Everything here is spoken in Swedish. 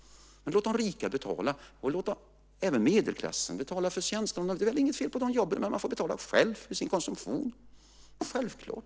Men låt de rika betala! Låt även medelklassen betala för tjänsterna. Det är väl inget fel på de jobben, men man får betala själv för sin konsumtion. Det är självklart.